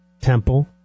temple